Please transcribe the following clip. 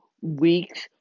weeks